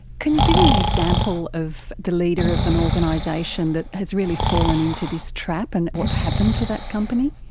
can you give me an example of the leader of an organisation that has really fallen into this trap and what happened to that company?